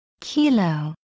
Kilo